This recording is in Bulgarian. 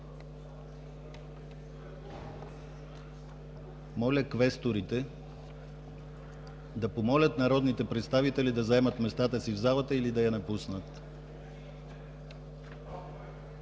Моля квесторите да помолят народните представители да заемат местата си в залата или да я напуснат!